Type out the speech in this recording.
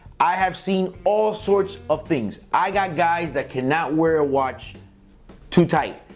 i have seen all sorts of things. i got guys that cannot wear a watch too tight.